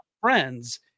friends